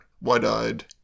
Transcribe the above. wide-eyed